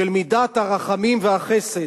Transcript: של מידת הרחמים והחסד.